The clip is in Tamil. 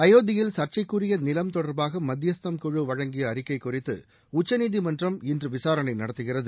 அயோத்தியில் சர்ச்சைக்குரிய நிலம் தொடர்பாக மத்தியஸ்தம் குழு வழங்கிய அறிக்கை குறித்து உச்சநீதிமன்றம் இன்று விசாரணை நடத்துகிறது